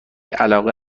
علاقه